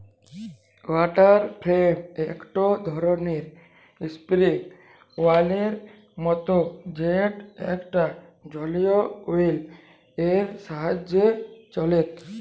water frame একটো ধরণের spinning ওহীলের মত যেটা একটা জলীয় ওহীল এর সাহায্যে চলেক